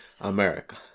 America